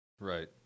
Right